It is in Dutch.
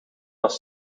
was